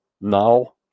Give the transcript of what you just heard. now